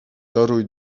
toruj